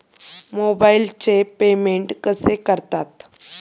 मोबाइलचे पेमेंट कसे करतात?